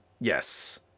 Yes